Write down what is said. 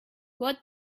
what